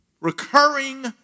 recurring